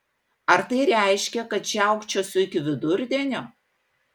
ar tai reiškia kad žiaukčiosiu iki vidurdienio